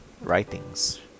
writings